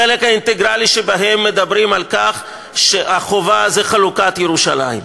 החלק האינטגרלי שבהן מדבר על כך שהחובה זה חלוקת ירושלים.